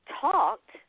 talked